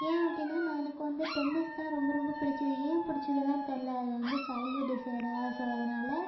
ஏன் அப்படின்னா நான் எனக்கு வந்துட்டு டென்னிஸ் தான் ரொம்ப ரொம்ப பிடிச்சிது ஏன் பிடிச்சிதுன்லாம் தெரியல அது வந்து சைல்ட்ஹுட் டிசையர் ஸோ அதனால்